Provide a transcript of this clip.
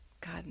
God